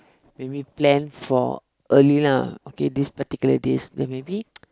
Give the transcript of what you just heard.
maybe plan for early lah okay these particular days like maybe